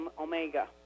Omega